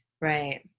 right